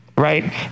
Right